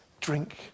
drink